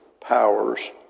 powers